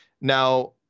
Now